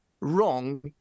wrong